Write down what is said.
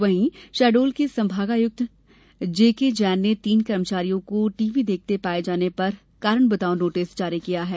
जबकि शहडोल के संभागायुक्त जे के जैन ने तीन कर्मचारियों को टी वी देखते पाये जाने पर कारण बताओ नोटिस जारी किया है